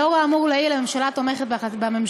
לאור האמור לעיל, הממשלה תומכת בחוק.